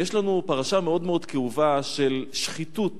ויש לנו פרשה מאוד מאוד כאובה של שחיתות